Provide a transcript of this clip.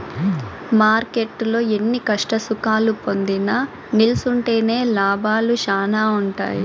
మార్కెట్టులో ఎన్ని కష్టసుఖాలు పొందినా నిల్సుంటేనే లాభాలు శానా ఉంటాయి